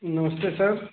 नमस्ते सर